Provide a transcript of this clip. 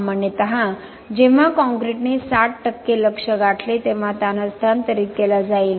सामान्यत जेव्हा कॉंक्रिटने 60 लक्ष्य गाठले तेव्हा ताण हस्तांतरित केला जाईल